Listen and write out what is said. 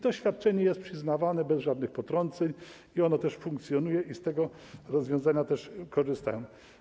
To świadczenie jest im przyznawane bez żadnych potrąceń, ono też funkcjonuje i z tego rozwiązania korzystają.